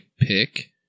pick